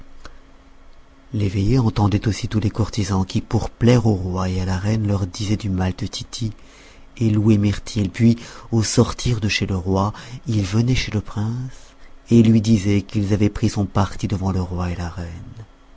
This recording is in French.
l'eveillé entendait aussi tous les courtisans qui pour plaire au roi et à la reine leur disaient du mal de tity et louaient mirtil puis au sortir de chez le roi ils venaient chez le prince et lui disaient qu'ils avaient pris son parti devant le roi et la reine